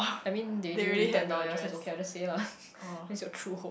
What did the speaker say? I mean they already written down yours so it's okay lah I just say lah that's your true home